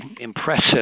impressive